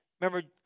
remember